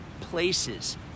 places